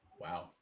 Wow